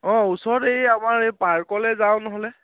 অঁ ওচৰত এই আমাৰ এই পাৰ্কলৈ যাওঁ নহ'লে